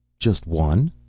just one?